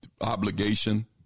obligation